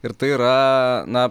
ir tai yra na